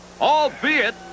albeit